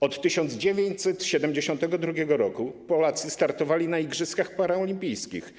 Od 1972 r. Polacy startowali na igrzyskach paraolimpijskich.